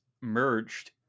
merged